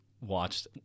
watched